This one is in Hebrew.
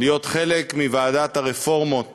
להיות חלק מוועדת הרפורמות